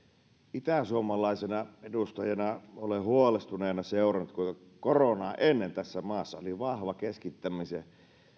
itäsuomalaisena edustajana olen huolestuneena seurannut kuinka koronaa ennen tässä maassa oli vahva keskittämisen